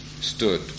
stood